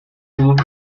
retrouve